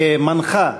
כמנחה,